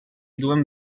duen